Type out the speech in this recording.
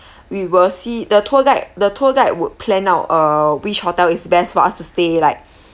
we will see the tour guide the tour guide would plan out uh which hotel is best for us to stay like